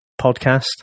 podcast